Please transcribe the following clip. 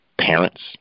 parents